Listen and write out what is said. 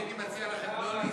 אני הייתי מציע לכם לא להסתכן.